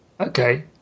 Okay